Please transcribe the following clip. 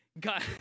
God